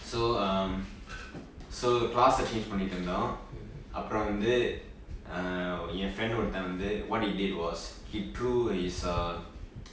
so um so class change பன்னிட்டு இருந்தோம் அப்பரொ வந்து:pannittu irunthom appro vanthu uh என்:yen friend ஒறுத்தன் வந்து:oruthe vanthu what he did was he through his err